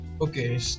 Okay